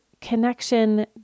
connection